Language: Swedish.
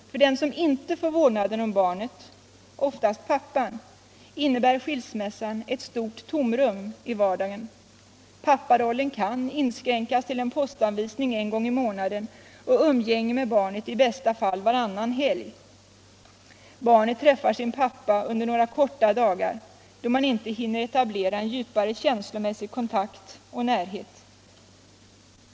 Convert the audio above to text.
För den som inte får vårdnaden om barnet — oftast pappan innebär skilsmässan ett stort tomrum i vardagen. Papparollen kan inskränkas till en postanvisning en gång i månaden och umgänge med barnet i bästa fall varannan helg. Barnet träffar sin pappa under några korta dagar då man inte hinner etablera en djupare känslomässig kontakt och närhet.